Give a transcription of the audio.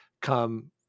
come